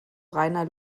reiner